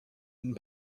and